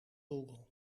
google